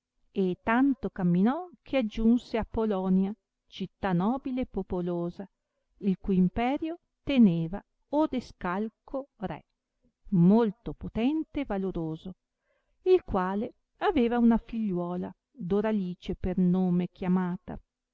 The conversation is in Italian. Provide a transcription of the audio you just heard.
e tanto camminò che aggiunse a polonia città nobile e popolosa il cui imperio teneva odescalco re molto potente e valoroso il quale aveva una figliuola doralice per nome chiamata